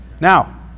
Now